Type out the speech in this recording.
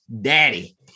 Daddy